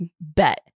bet